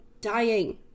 dying